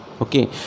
Okay